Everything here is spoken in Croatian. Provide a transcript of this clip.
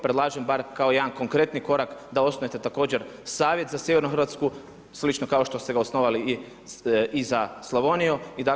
Predlažem bar kao jedan konkretan korak da osnujete također Savjet za sigurnu Hrvatsku, slično kao što ste ga osnovali i za Slavoniju.